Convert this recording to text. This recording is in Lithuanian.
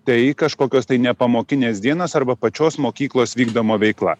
tai kažkokios tai nepamokinės dienos arba pačios mokyklos vykdoma veikla